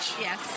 Yes